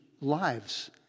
lives